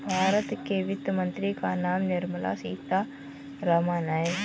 भारत के वित्त मंत्री का नाम निर्मला सीतारमन है